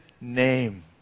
name